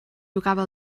jugava